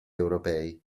europei